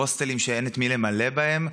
הוסטלים שאין במי למלא אותם?